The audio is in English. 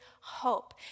hope